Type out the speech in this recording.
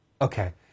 Okay